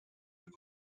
have